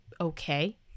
okay